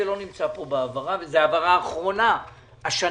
זה לא נמצא פה בהעברה וזאת העברה אחרונה השנה,